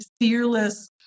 fearless